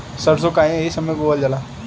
सरसो काहे एही समय बोवल जाला?